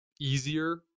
easier